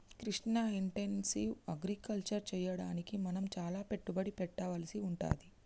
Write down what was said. Krishna intensive agriculture చెయ్యడానికి మనం చాల పెట్టుబడి పెట్టవలసి వుంటది